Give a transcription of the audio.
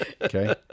Okay